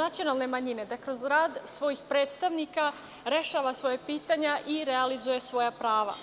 nacionalne manjine, dakle, kroz rad svojih predstavnika rešava svoja pitanja i realizuje svoja prava.